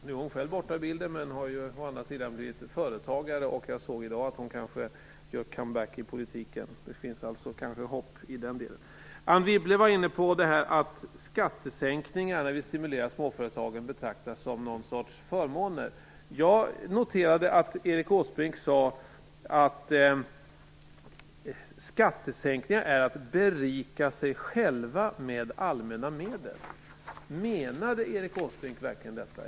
Nu är hon själv borta ur bilden, men hon har ju å andra sidan blivit företagare. Jag såg i dag att hon kanske gör come back i politiken. Det finns kanske hopp i den delen. Anne Wibble var inne på att skattesänkningar betraktas som någon sorts förmåner när vi stimulerar småföretagen. Jag noterade att Erik Åsbrink sade att skattesänkningar är att berika sig själva med allmänna medel. Menade Erik Åsbrink verkligen detta?